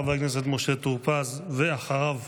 חבר הכנסת משה טור פז, ואחריו,